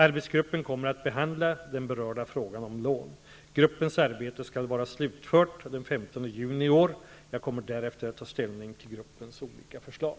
Arbetsgruppen kommer att behandla den berörda frågan om lån. Gruppens arbete skall vara slutfört den 15 juni i år. Jag kommer därefter att ta ställning till gruppens olika förslag.